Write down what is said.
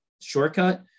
shortcut